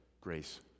Grace